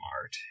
smart